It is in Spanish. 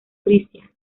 frisia